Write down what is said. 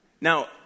Now